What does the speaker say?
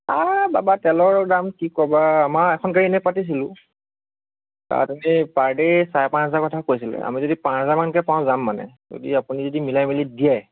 আও বাবা তেলৰ দাম কি কবা আমাৰ এখন গাঢ়ী এনেই পাতিছিলোঁ তাত এনেই পাৰ ডে' চাৰে পাঁচ হাজাৰৰ কথা কৈছিল আমি যদি পাঁচ হাজাৰমানকৈ পাওঁ যাম মানে যদি আপুনি যদি মিলাই মেলি দিয়ে